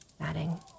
adding